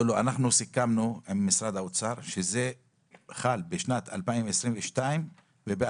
אנחנו סיכמנו עם משרד האוצר שזה חל בשנת 2022 וב-2023,